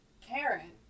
Karen